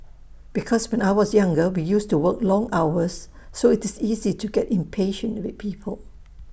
because when I was younger we used to work long hours so it's easy to get impatient with people